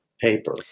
paper